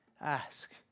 ask